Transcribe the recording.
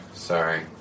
sorry